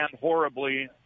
horribly